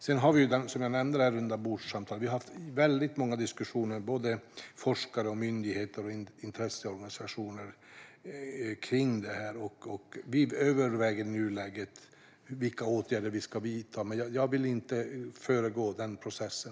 Som jag nämnde har vi haft rundabordssamtal. Vi har haft väldigt många diskussioner med forskare, myndigheter och intresseorganisationer om detta. Vi överväger nu vilka åtgärder vi ska vidta, och jag vill inte föregripa den processen.